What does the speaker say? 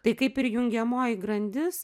tai kaip ir jungiamoji grandis